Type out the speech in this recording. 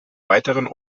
weiteren